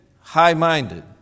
high-minded